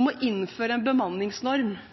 om å innføre en bemanningsnorm